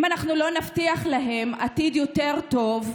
אם אנחנו לא נבטיח להם עתיד יותר טוב,